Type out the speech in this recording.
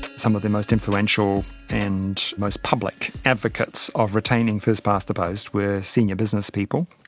some of the most influential and most public advocates of retaining first-past-the-post were senior businesspeople,